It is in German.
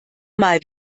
mal